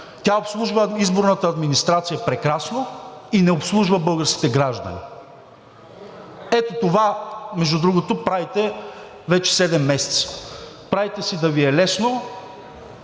тя обслужва изборната администрация прекрасно и не обслужва българските граждани. Ето това, между другото, правите вече седем месеца. Правите си да Ви е лесно,